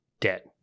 debt